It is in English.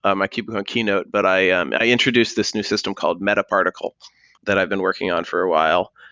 ah my cube-con keynote, but i um i introduced this new system called metaparticle that i've been working on for a while.